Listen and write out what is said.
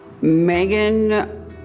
Megan